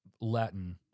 Latin